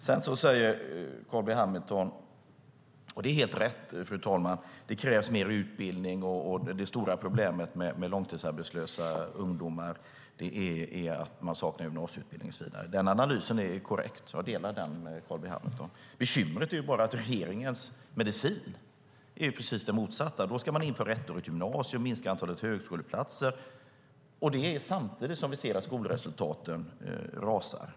Sedan säger Carl B Hamilton, och det är helt rätt, fru talman: Det krävs mer utbildning, och det stora problemet med långtidsarbetslösa ungdomar är att de saknar gymnasieutbildning och så vidare. Den analysen är korrekt. Jag delar den med Carl B Hamilton. Bekymret är bara att regeringens medicin är precis den motsatta. Man ska införa ett ettårigt gymnasium och minska antalet högskoleplatser - detta samtidigt som vi ser att skolresultaten rasar.